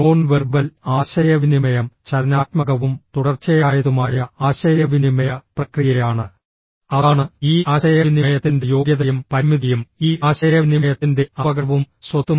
non verbal ആശയവിനിമയം ചലനാത്മകവും തുടർച്ചയായതുമായ ആശയവിനിമയ പ്രക്രിയയാണ് അതാണ് ഈ ആശയവിനിമയത്തിന്റെ യോഗ്യതയും പരിമിതിയും ഈ ആശയവിനിമയത്തിന്റെ അപകടവും സ്വത്തും